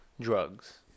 drugs